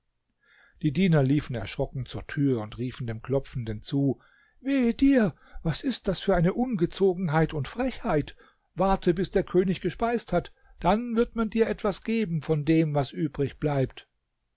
die diener liefen erschrocken zur tür und riefen dem klopfenden zu wehe dir was ist das für eine ungezogenheit und frechheit warte bis der könig gespeist hat dann wird man dir etwas geben von dem was übrig bleibt